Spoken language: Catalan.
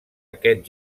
aquest